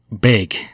big